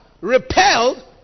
repelled